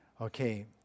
okay